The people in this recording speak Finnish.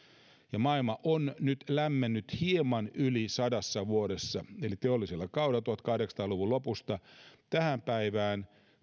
ja maailma on nyt lämmennyt maailman keskilämpötila on noussut hieman yli sadassa vuodessa eli teollisella kaudella tuhatkahdeksansataa luvun lopusta tähän päivään